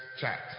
chat